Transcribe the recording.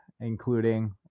including